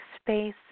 space